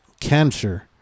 cancer